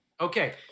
Okay